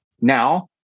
now